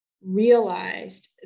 realized